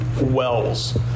wells